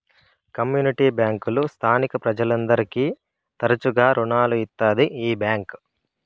community బ్యాంకులు స్థానిక ప్రజలందరికీ తరచుగా రుణాలు ఇత్తాది ఈ బ్యాంక్